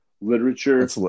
literature